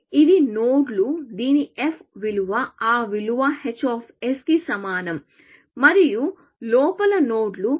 కాబట్టి ఇవి నోడ్లు దీని f విలువ ఆ విలువ hకి సమానం మరియు లోపల నోడ్లు